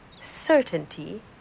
certainty